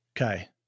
Okay